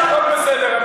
הכול בסדר.